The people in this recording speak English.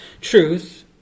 truth